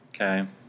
okay